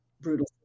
brutal